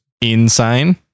insane